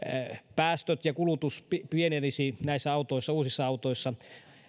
päästöt ja kulutus pienenisivät näissä uusissa autoissa